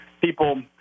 people